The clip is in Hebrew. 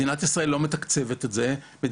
מדינת ישראל לא מתקצבת את זה.